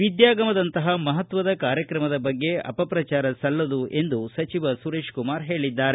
ವಿದ್ವಾಗಮದಂತಹ ಮಹತ್ವದ ಕಾರ್ಯಕ್ರಮದ ಬಗ್ಗೆ ಅಪಪ್ರಜಾರ ಸಲ್ಲದು ಎಂದು ಸಚಿವ ಸುರೇಶಕುಮಾರ ಹೇಳಿದ್ದಾರೆ